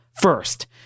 first